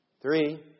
Three